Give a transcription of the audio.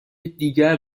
دیگر